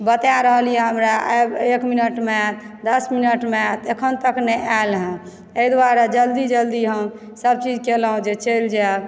बता रहल यऽ हमरा एक मिनटमे आयत दस मिनटमे आयत एखन तक नहि आयल हँ एहि दुआरे जल्दी जल्दी हम सब चीज केलहुॅं जे चलि जायब